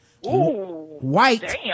White